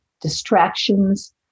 distractions